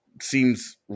seems